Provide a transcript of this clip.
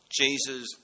Jesus